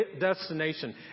destination